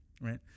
right